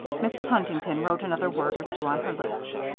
mrs. huntington wrote another word or two on her list.